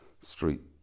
street